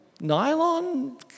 nylon